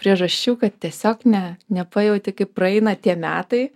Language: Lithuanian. priežasčių kad tiesiog ne nepajauti kaip praeina tie metai